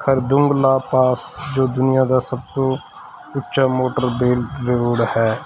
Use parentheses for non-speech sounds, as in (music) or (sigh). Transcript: Khardungla pass ਜੋ ਦੁਨੀਆ ਦਾ ਸਭ ਤੋਂ ਉੱਚਾ ਮੋਟਰ (unintelligible) ਹੈ